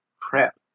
prep